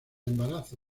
embarazo